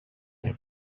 eich